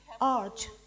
art